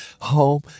home